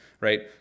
right